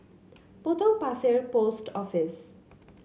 Potong Pasir Post Office